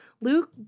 Luke